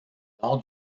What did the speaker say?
lors